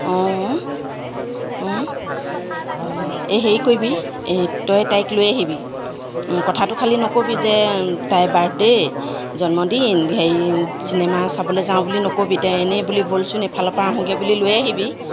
অঁ অঁ এই হেৰি কৰিবি এই তই তাইক লৈ আহিবি কথাটো খালি নকবি যে তাই বাৰ্থডে জন্মদিন হেৰি চিনেমা চাবলৈ যাওঁ বুলি নক'বি তই এনেই বুলি ব'লচোন এফালৰ পৰা আহোঁগৈ বুলি লৈ আহিবি